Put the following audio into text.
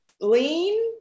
lean